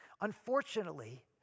Unfortunately